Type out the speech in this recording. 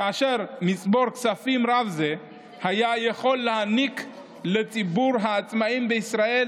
כאשר מצבור כספים רב זה היה יכול להעניק לציבור העצמאים בישראל